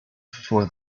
for